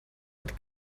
hat